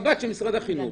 הקב"ט של משרד החינוך.